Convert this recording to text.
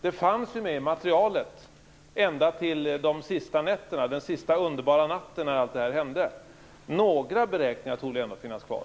Det fanns med i materialet ända fram till den sista underbara natten då allt hände. Några beräkningar torde väl ändå finnas kvar.